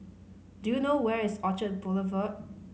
do you know where is Orchard Boulevard